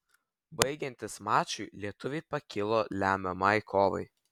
baigiantis mačui lietuviai pakilo lemiamai kovai